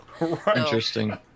Interesting